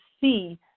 see